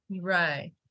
right